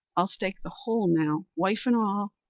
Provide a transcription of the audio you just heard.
i'll stake the whole now, wife and all,